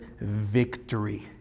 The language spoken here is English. victory